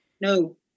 No